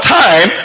time